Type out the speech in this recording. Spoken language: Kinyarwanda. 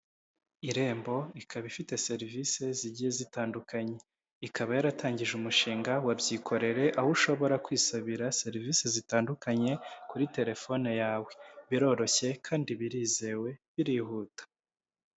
Irembo ikaba ifite serivise zigiye zitandukanye, ikaba yaratangije umushinga wa byikorere aho ushobora kwisabira serivise zitandukanye kuri telefone yawe. Biroroshye kandi birizewe birihuta.